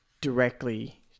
directly